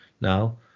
now